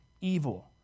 evil